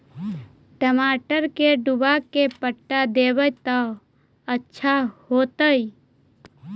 टमाटर के डुबा के पटा देबै त अच्छा होतई?